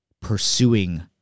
pursuing